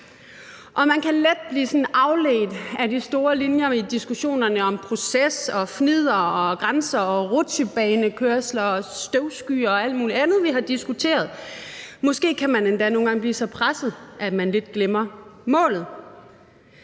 Man kan let blive afledt af de store linjer i diskussionen om proces, fnidder, grænser, rutsjebanekørsler og støvskyer og alt muligt andet, vi har diskuteret. Måske kan man endda nogle gange blive så presset, at man lidt glemmer målet.